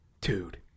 Dude